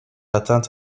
atteinte